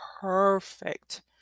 perfect